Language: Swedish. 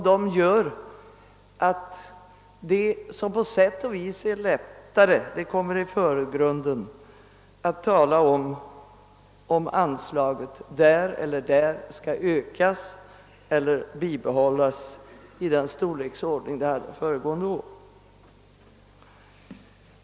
Det som på sätt och vis är lättare har kommit i förgrunden, nämligen att tala om att det och det anslaget skall ökas eller vara lika stort som föregående år.